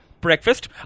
breakfast